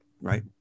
right